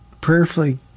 prayerfully